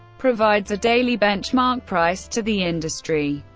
provides a daily benchmark price to the industry.